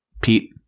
Pete